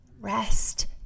Rest